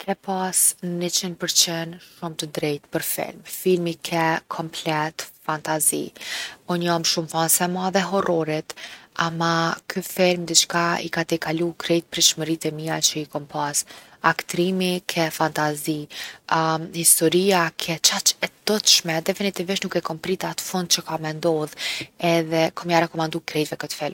Ke pas 100% shumë t’drejtë për film! Filmi ke komplet fantazi. Unë jom shumë fanse e madhe e horrorit ama ku film diçka i ka tejkalu krejt pritshmëritë e mia që i kom pas. Aktrimi ke fantasi historia ke qaq e tutshme, definitivisht nuk e kom prit at fund që ka me ndodh edhe kom me jau rekomandu krejtve kët film.